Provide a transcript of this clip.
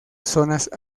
zonas